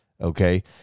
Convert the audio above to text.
okay